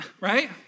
Right